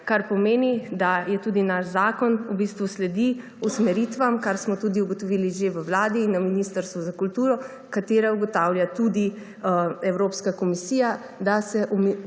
To pomeni, da tudi naš zakon v bistvu sledi usmeritvam, kar smo tudi že ugotovili v Vladi in na Ministrstvu za kulturo in kar ugotavlja tudi Evropska komisija, da se politika